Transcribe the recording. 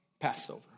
Passover